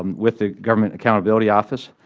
um with the government accountability office,